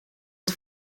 het